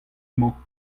mañ